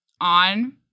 on